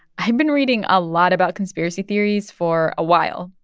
i've been reading a lot about conspiracy theories for a while.